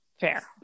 Fair